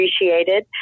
appreciated